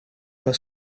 pas